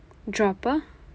dropper